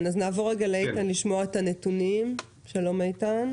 שלום, איתן.